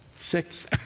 six